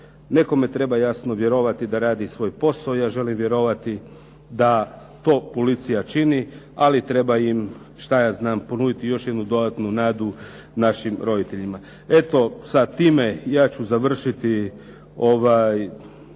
Nekome treba jasno vjerovati da radi svoj posao. Ja želim vjerovati da to policija čini, ali treba im šta ja znam ponuditi i još jednu dodatnu nadu našim roditeljima. Eto sa time ja ću završiti,